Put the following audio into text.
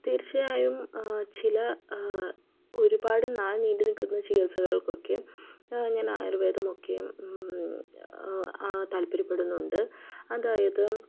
തീർച്ചയായും ചില ഒരുപാട് നാൾ നീണ്ട് നിൽക്കുന്ന ചികിത്സകൾക്കൊക്കെ ഞാൻ ആയുർവേദമൊക്കെയും താൽപ്പര്യപ്പെടുന്നുണ്ട് അതായത്